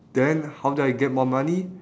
then how do I get more money